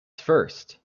first